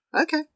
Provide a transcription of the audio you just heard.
Okay